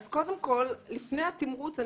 אז קודם כול לפני התמרוץ,